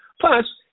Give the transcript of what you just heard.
Plus